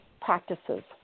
practices